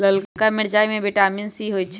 ललका मिरचाई में विटामिन सी होइ छइ